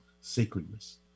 sacredness